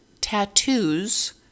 tattoos